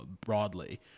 broadly